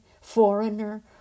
foreigner